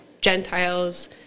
Gentiles